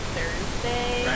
Thursday